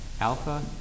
alpha